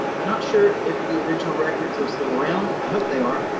i'm not sure if the original records are still around, i hope they are.